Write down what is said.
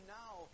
now